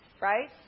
Right